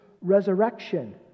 resurrection